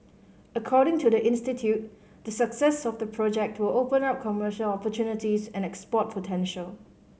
according to the institute the success of the project will open up commercial opportunities and export potential